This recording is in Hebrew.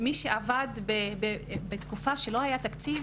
מי שעבד בתקופה שלא היה תקציב